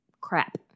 crap